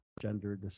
gender